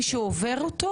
מי שעובר אותו